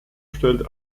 stellt